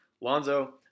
Lonzo